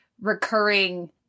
recurring